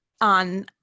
on